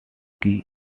key